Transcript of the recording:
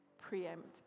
preempt